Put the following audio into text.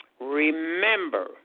Remember